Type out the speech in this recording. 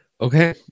Okay